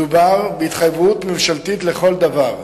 מדובר בהתחייבות ממשלתית לכל דבר,